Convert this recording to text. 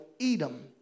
Edom